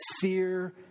fear